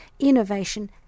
innovation